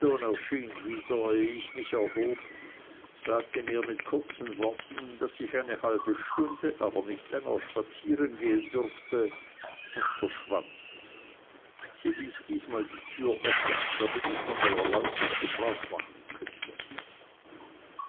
ich mich erhob sagte mir mit kurzen worten daß ich eine halbe stunde aber nicht länger spazieren gehen dürfte und verschwand sie ließ diesmal die türe offen damit ich von der erlaubnis gebrauch machen könnte